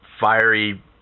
fiery